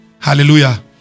Hallelujah